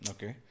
Okay